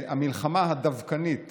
המלחמה הדווקנית